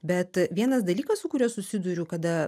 bet vienas dalykas su kuriuo susiduriu kada